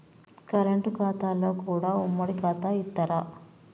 Current ఖాతాలో కూడా ఉమ్మడి ఖాతా ఇత్తరా?